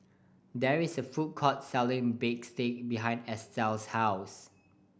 there is a food court selling bistake behind Estell's house